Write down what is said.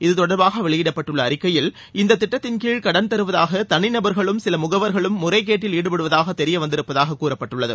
இது தொடர்பாக வெளியிடப்பட்டுள்ள அறிக்கையில் இந்த திட்டத்தின் கீழ் கடன் தருவதாக தனி நபர்களும் சில முகவர்களும் முறைகேட்டில் ஈடுபடுவதாக தெரிய வந்திருப்பதாக கூறப்பட்டுள்ளது